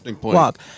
walk